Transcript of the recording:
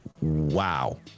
Wow